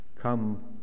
come